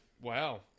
Wow